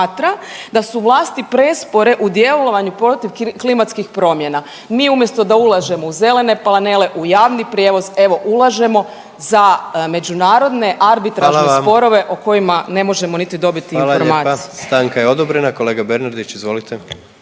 da su vlasti prespore u djelovanju protiv klimatskih promjena. Mi umjesto da ulažemo u zelene panele, u javni prijevoz, evo ulažemo za međunarodne arbitražne sporove … …/Upadica predsjednik: Hvala vam./… … o kojima ne možemo niti dobiti